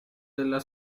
della